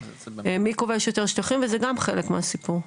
מי כובש יותר שטחים, וזה גם חלק מהסיפור.